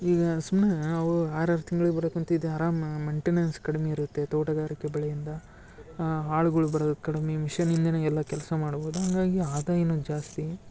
ಈಗ ಸುಮ್ಮನೆ ಅವು ಆರಾರು ತಿಂಗ್ಳಿಗೆ ಬರಕಂತಿದೆ ಆರಾಮ ಮೇಯ್ನ್ಟೆನೆನ್ಸ್ ಕಡಿಮೆ ಇರುತ್ತೆ ತೋಟಗಾರಿಕೆ ಬೆಳೆಯಿಂದ ಆಳುಗಳು ಬರೋದು ಕಡ್ಮೆ ಮಿಶನಿಂದಲೇ ಎಲ್ಲ ಕೆಲಸ ಮಾಡ್ಬೋದು ಹಂಗಾಗಿ ಆದಾಯವೂ ಜಾಸ್ತಿ